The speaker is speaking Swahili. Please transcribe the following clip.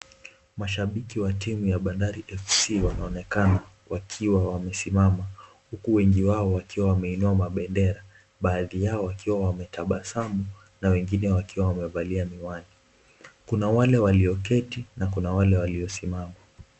Mashabiki wa timu ya bandari fc wanaonekana wakiwa wamesimama huku wengi wao wakiwa wameinua mabendera. Baadhi yao wakiwa wametabasamu na wengine wakiwa wamevalia miwani. Kuna wale walioketi na kuna wale waliosimama.